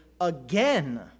again